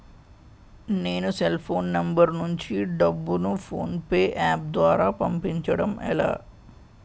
నేను cell phone number నుంచి డబ్బును ను ఫోన్పే అప్ ద్వారా పంపించడం ఎలా?